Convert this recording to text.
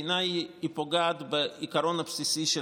בעיניי היא פוגעת בעיקרון הבסיסי של